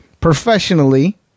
professionally